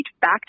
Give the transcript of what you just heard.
back